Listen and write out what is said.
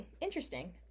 interesting